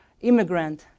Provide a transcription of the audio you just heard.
immigrant